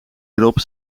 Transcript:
erop